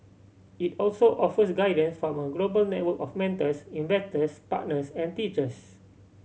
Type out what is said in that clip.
it also offers guidance from a global network of mentors investors partners and teachers